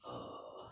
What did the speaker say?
err